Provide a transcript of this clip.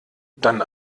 dann